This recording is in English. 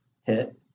hit